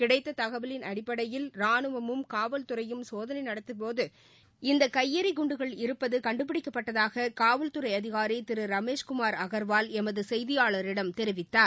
கிடைத்த தகவலின் அடிப்படையில் ராணுவமும் காவல்துறையும் சோதனை நடத்திய போது இந்த கையெறி குண்டுகள் இருப்பது கண்டுபிடிக்கப்பட்டதாக காவல்துறை அதிகாரி திரு ரமேஷ்குமார் அகல்வால் எமது செய்தியாளரிடம் தெரிவித்தார்